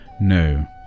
No